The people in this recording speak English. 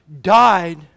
died